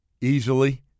Easily